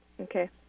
Okay